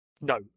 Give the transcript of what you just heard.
No